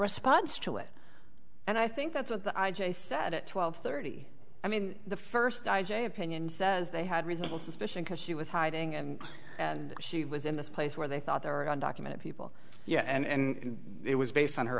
response to it and i think that's what the i j a said at twelve thirty i mean the first i j opinion says they had reasonable suspicion because she was hiding and she was in this place where they thought they were undocumented people yeah and it was based on her